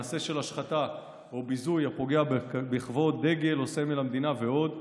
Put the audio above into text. מעשה של השחתה או ביזוי הפוגע בכבוד הדגל או סמל המדינה ועוד.